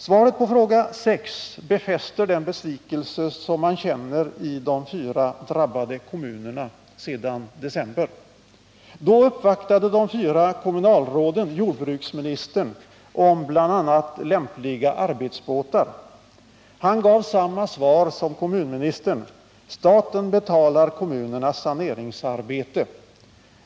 Svaret på fråga 6 befäster den besvikelse som man sedan december känner i de fyra drabbade kommunerna. Då uppvaktade de fyra kommunalråden jordbruksministern om bl.a. lämpliga arbetsbåtar. Han gav samma svar som kommunministern: Staten betalar kommunernas saneringsarbete.